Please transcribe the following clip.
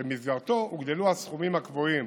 ובמסגרתו הוגדלו הסכומים הקבועים